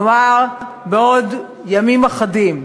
כלומר בעוד ימים אחדים.